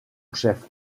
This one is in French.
chef